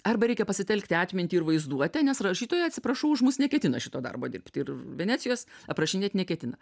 arba reikia pasitelkti atmintį ir vaizduotę nes rašytoja atsiprašau už mus neketina šito darbo dirbti ir venecijos aprašinėt neketina